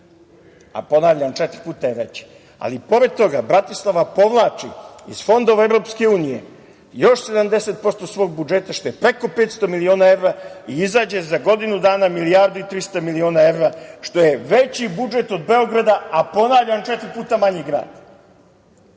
a ponavljam, četiri puta je veći. Pored toga, Bratislava povlači iz fondova EU još 70% svog budžeta, što je preko 500 miliona evra i izađe za godinu dana na milijardu i 300 miliona evra, što je veći budžet od Beograda, ponavljam da je četiri puta manji grad.